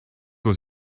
was